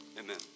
Amen